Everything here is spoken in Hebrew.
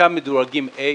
חלקם מדורגים A,